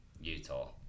Utah